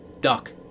duck